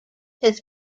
his